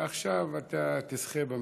עכשיו אתה תשחה במספרים.